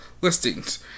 listings